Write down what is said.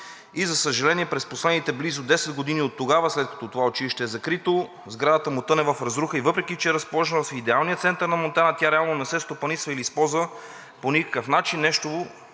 и, за съжаление, през последните близо десет години оттогава, след като това училище е закрито, сградата му тъне в разруха и въпреки че е разположена в идеалния център на Монтана, тя реално не се стопанисва или използва по никакъв начин,